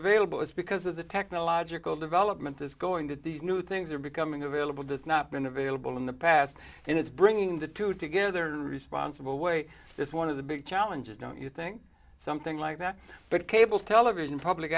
available it's because of the technological development is going to these new things are becoming available does not been available in the past and it's bringing the two together responsible way this one of the big challenges don't you think something like that but cable television public